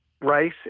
rice